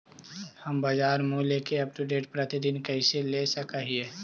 हम बाजार मूल्य के अपडेट, प्रतिदिन कैसे ले सक हिय?